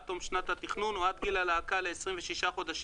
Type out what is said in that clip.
עד תום שנת התכנון או עד הגעת הלהקה לגיל 26 חודשים,